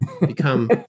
become